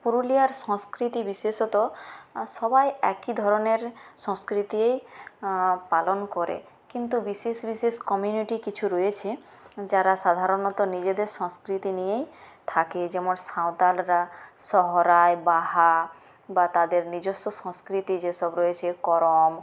পুরুলিয়ার সংস্কৃতি বিশেষত সবাই একই ধরনের সংস্কৃতি পালন করে কিছু বিশেষ বিশেষ কমিউনিটি কিছু রয়েছে যারা সাধারণত নিজের সংস্কৃতি নিয়েই থাকে যেমন সাঁওতালরা সোহরাই বাহা বা তাদের নিজস্ব সংস্কৃতি যেসব রয়েছে করম